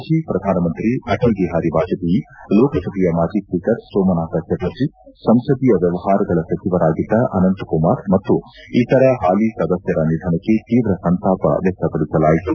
ಮಾಜಿ ಪ್ರಧಾನಮಂತ್ರಿ ಅಟಲ್ ಬಿಹಾರಿ ವಾಜಪೇಯಿ ಲೋಕಸಭೆಯ ಮಾಜಿ ಸ್ವೀಕರ್ ಸೋಮನಾಥ ಚಟರ್ಜೆ ಸಂಸದೀಯ ವ್ಯವಹಾರಗಳ ಸಚಿವರಾಗಿದ್ದ ಅನಂತಕುಮಾರ್ ಮತ್ತು ಇತರ ಹಾಲಿ ಸದಸ್ಯರ ನಿಧನಕ್ಕೆ ತೀವ್ರ ಸಂತಾಪ ವ್ಯಕ್ತಪಡಿಸಲಾಯಿತು